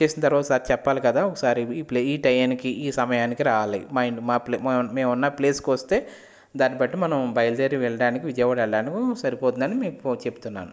book చేసిన తర్వాత ఒకసారి చెప్పాలి కదా ఒకసారి ఈ టైంకి ఈ సమయానికి రావాలి మేము ఉన్న ప్లేస్కి వస్తే దాన్ని బట్టి మనం బయలుదేరి వెళ్ళడానికి విజయవాడ వెళ్ళడానికి సరిపోతుందని మీకు చెప్తున్నాను